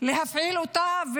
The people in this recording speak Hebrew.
להפעיל אותה,